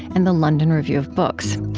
and the london review of books.